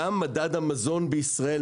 גם מדד המזון בישראל,